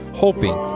hoping